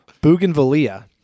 bougainvillea